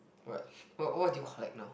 what what do you collect now